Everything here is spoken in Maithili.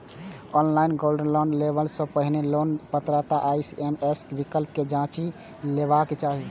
ऑनलाइन गोल्ड लोन लेबय सं पहिने लोनक पात्रता आ ई.एम.आई विकल्प कें जांचि लेबाक चाही